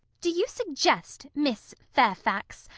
do you suggest, miss fairfax,